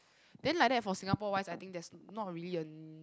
then like that for Singapore wise I think there's not really a n~